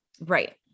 Right